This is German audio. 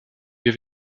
wir